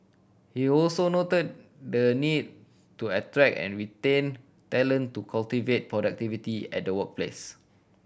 he also noted the need to attract and retain talent to cultivate productivity at workplace